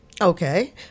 Okay